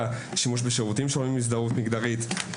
ושימוש בשירותים שדורשים הזדהות מגדרית,